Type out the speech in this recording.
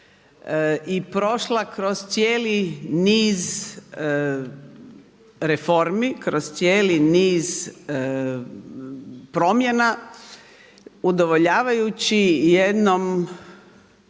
i prošla kroz cijeli niz reformi, kroz cijeli niz promjena udovoljavajući jednom